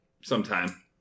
Sometime